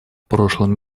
прошлом